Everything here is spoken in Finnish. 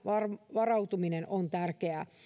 varautuminen on tärkeää